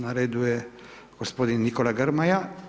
Na redu je gospodin Nikola Grmoja.